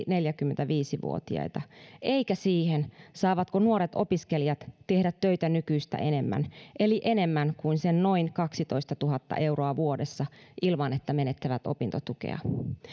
neljäkymmentäviisi vuotiaita eikä siihen saavatko nuoret opiskelijat tehdä töitä nykyistä enemmän eli enemmän kuin sen noin kaksitoistatuhatta euroa vuodessa ilman että menettävät opintotukea